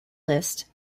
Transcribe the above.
list